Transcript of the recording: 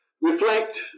reflect